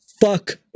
fuck